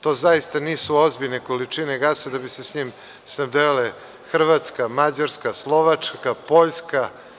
To zaista nisu ozbiljne količine gasa da bi se s tim snabdevale Hrvatska, Mađarska, Slovačka, Poljska.